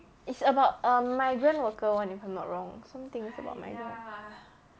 it's about um migrant worker one if I'm not wrong something about migrant lah